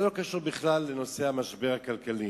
זה לא קשור בכלל למשבר הכלכלי.